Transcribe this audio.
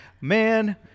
Man